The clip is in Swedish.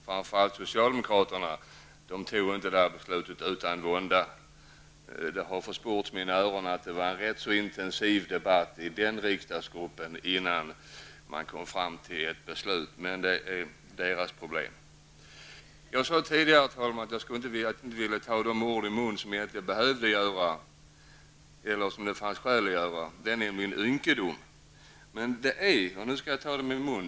Framför allt socialdemokraterna tog inte det här beslutet utan vånda. Det har försports att det var en rätt intensiv debatt i den socialdemokratiska riksdagsgruppen innan man kom fram till ett beslut. Men det är socialdemokraternas problem. Jag sade tidigare, herr talman, att jag inte skulle vilja ta de ord i min mun som det egentligen fanns skäl att uttala. Men nu skall jag ta dem i min mun.